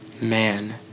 man